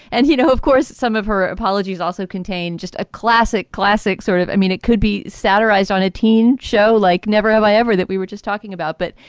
and, you know, of course, some of her apologies also contain just a classic classic sort of i mean, it could be satirized on a teen show like never have i ever that we were just talking about. but,